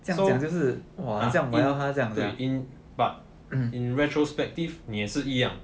so in 对 in but in retrospective 你也是一样